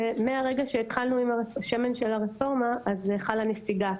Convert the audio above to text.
מרגע שהתחלנו עם השמן של הרפורמה, חלה נסיגה.